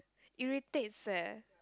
irritates leh